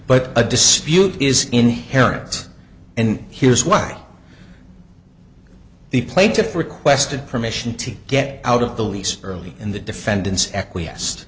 but a dispute is inherent and here's why the plaintiff requested permission to get out of the lease early in the defendant's acquiesced